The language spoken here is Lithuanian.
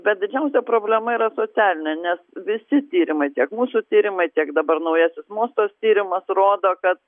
bet didžiausia problema yra socialinė nes visi tyrimai tiek mūsų tyrimai tiek dabar naujasis mostos tyrimas rodo kad